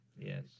Yes